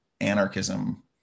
anarchism